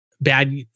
bad